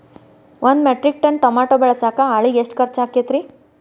ಒಂದು metric ton tomato ಬೆಳಸಾಕ್ ಆಳಿಗೆ ಎಷ್ಟು ಖರ್ಚ್ ಆಕ್ಕೇತ್ರಿ?